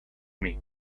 helped